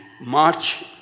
march